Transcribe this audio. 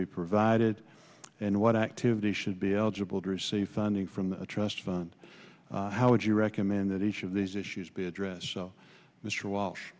be provided and what activity should be eligible to receive funding from the trust fund how would you recommend that each of these issues be addressed so mr walsh